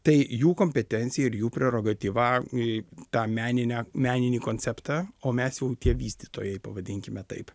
tai jų kompetencija ir jų prerogatyva į tą meninę meninį konceptą o mes jau tie vystytojai pavadinkime taip